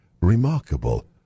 remarkable